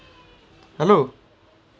I know